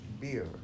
beer